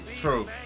True